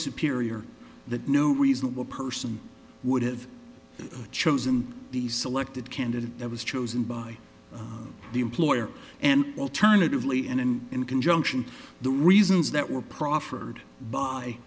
superior that no reasonable person would have chosen the selected candidate that was chosen by the employer and alternatively and in conjunction the reasons that were proffered by